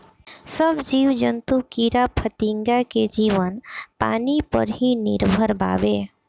सब जीव जंतु कीड़ा फतिंगा के जीवन पानी पर ही निर्भर बावे